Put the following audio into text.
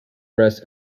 rests